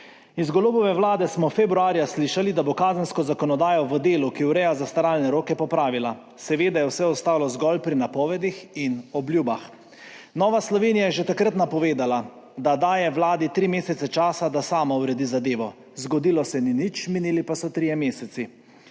Iz Golobove vlade smo februarja slišali, da bo kazensko zakonodajo v delu, ki ureja zastaralne roke, popravila. Seveda je vse ostalo zgolj pri napovedih in obljubah. Nova Slovenija je že takrat napovedala, da daje vladi tri mesece časa, da sama uredi zadevo. Zgodilo se ni nič, minili pa so trije meseci,